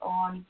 on